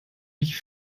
ich